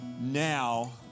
now